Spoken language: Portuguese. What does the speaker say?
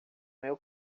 meu